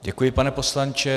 Děkuji, pane poslanče.